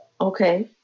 okay